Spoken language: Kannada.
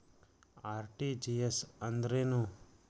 ಆರ್.ಟಿ.ಜಿ.ಎಸ್ ಅಂದ್ರೇನು?